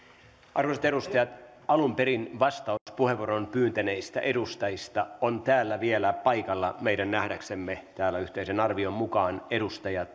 arvoisat edustajat alun perin vastauspuheenvuoron pyytäneistä edustajista on täällä vielä paikalla meidän nähdäksemme täällä yhteisen arvion mukaan edustaja